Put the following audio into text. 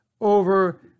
over